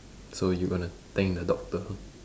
so you gonna thank the doctor